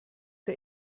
der